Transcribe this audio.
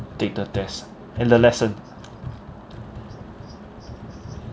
take the test err the lesson